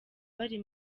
bari